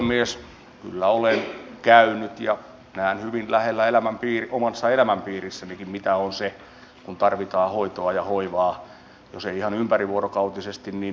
kyllä olen käynyt ja näen hyvin lähellä omassa elämänpiirissänikin mitä on kun tarvitaan hoitoa ja hoivaa jos ei ihan ympärivuorokautisesti niin hyvin usein